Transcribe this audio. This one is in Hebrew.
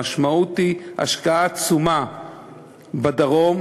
המשמעות היא השקעה עצומה בדרום,